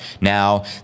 Now